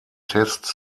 tests